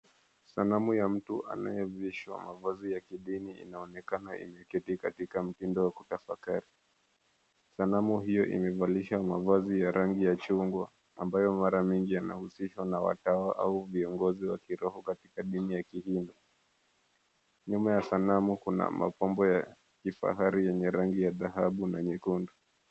Sanamu ya mtu anayevishwa mavazi ya kidini inaonekana imeketi katika mtindo wa kutafakari. Sanamu hiyo imevalisha mavazi ya rangi ya chungwa, ambayo mara mingi yanahusishwa na watawa au viongozi wa kiroho katika dini ya kihindi. Nyuma ya sanamu kuna mapambo ya kifahari yenye rangi ya dhahabu na nyekundu.